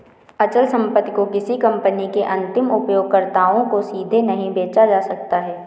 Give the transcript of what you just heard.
अचल संपत्ति को किसी कंपनी के अंतिम उपयोगकर्ताओं को सीधे नहीं बेचा जा सकता है